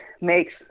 makes